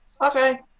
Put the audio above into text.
Okay